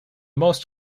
most